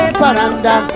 paranda